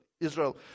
Israel